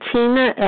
Tina